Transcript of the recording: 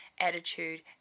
attitude